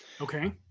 Okay